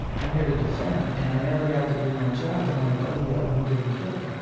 i'm here to defend, and i never got to do my job, but my buddy got wounded and killed.